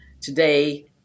today